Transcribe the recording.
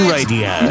Radio